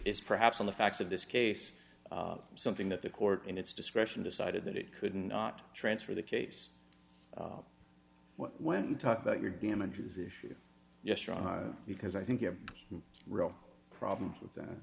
is perhaps on the facts of this case something that the court in its discretion decided that it couldn't not transfer the case when you talk about your damages issue yes wrong because i think you have real problems with that